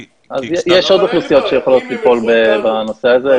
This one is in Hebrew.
יש עוד אוכלוסיות שיכולות ליפול בנושא הזה,